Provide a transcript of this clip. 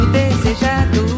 desejado